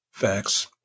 Facts